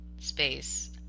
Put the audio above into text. space